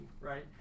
right